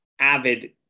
avid